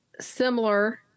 similar